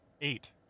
eight